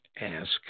ask